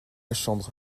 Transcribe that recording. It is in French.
chambre